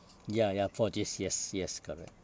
ya ya for this yes yes correct